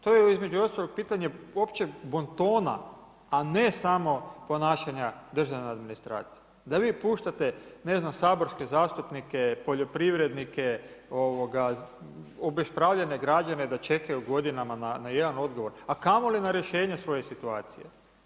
To je između ostalog pitanje uopće bontona, a ne samo ponašanja državne administracije, da vi puštate ne znam saborske zastupnike, poljoprivrednike, obespravljene građane da čekaju godinama na jedan odgovor a kamoli na rješenje svoje situacije.